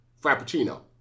Frappuccino